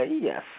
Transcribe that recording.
Yes